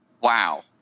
Wow